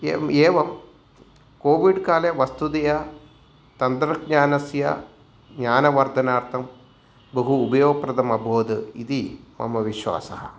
ए एवं कोविड्काले वस्तुतया तन्त्रज्ञानस्य ज्ञानवर्धनार्थं बहु उपयोगप्रदम् अभवत् इति मम विश्वासः